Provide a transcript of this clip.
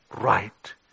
right